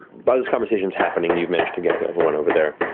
but this conversation's happening, you've managed to gather everyone over there.